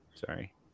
Sorry